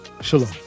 Shalom